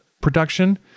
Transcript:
production